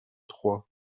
trois